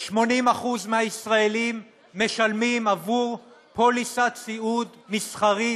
80% מהישראלים משלמים עבור פוליסת סיעוד מסחרית,